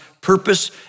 purpose